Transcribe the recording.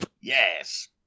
Yes